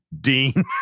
Dean